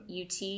UT